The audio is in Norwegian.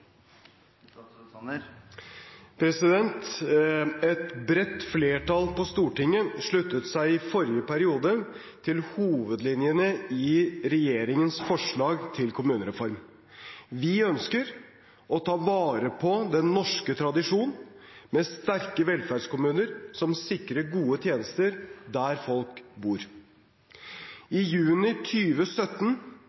Et bredt flertall på Stortinget sluttet seg i forrige periode til hovedlinjene i regjeringens forslag til kommunereform. Vi ønsker å ta vare på den norske tradisjon med sterke velferdskommuner som sikrer gode tjenester der folk bor.